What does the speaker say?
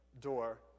door